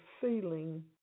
feeling